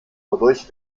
wodurch